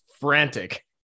frantic